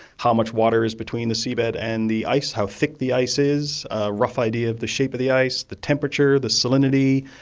how much water is between the seabed and the ice, how thick the ice is, a rough idea of the shape of the ice, the temperature, the salinity,